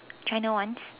China ones